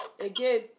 again